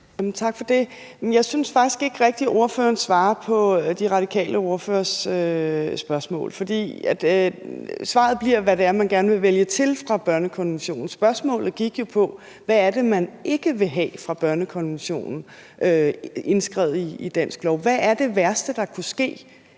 Tak for det. Jeg synes faktisk ikke rigtig, ordføreren svarede på De Radikales ordførers spørgsmål, for svaret gik på, hvad det er, man gerne vil vælge til fra børnekonventionen, men spørgsmålet gik jo på, hvad det er fra børnekonventionen, man ikke vil have indskrevet i dansk lov. Hvad er det værste, der kunne ske